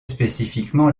spécifiquement